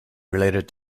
related